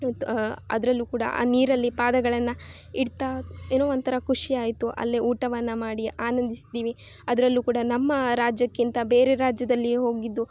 ಮತ್ತು ಅದ್ರಲ್ಲೂ ಕೂಡ ಆ ನೀರಲ್ಲಿ ಪಾದಗಳನ್ನ ಇಡ್ತಾ ಏನೋ ಒಂತರ ಕುಷಿ ಆಯ್ತು ಅಲ್ಲೇ ಊಟವನ್ನ ಮಾಡಿ ಆನಂದಿಸ್ದೀವಿ ಅದ್ರಲ್ಲೂ ಕೂಡ ನಮ್ಮ ರಾಜ್ಯಕ್ಕಿಂತ ಬೇರೆ ರಾಜ್ಯದಲ್ಲಿ ಹೋಗಿದ್ದು